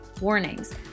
Warnings